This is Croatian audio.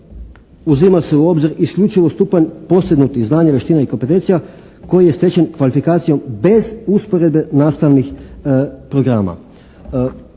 uzima se u obzir isključivo stupanj postignutih znanja, vještina i kompetencija koji je stečen kvalifikacijom bez usporedbe nastavnih programa.